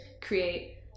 create